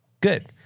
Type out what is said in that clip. Good